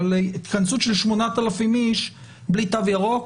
אבל התכנסות של 8,000 איש בלי תו ירוק,